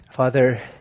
Father